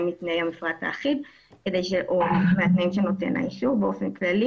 מתנאי המפרט האחיד או מהתנאים של נותן האישור באופן כללי,